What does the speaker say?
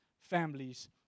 families